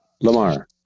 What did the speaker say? Lamar